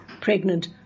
pregnant